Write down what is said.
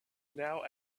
now